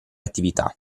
attività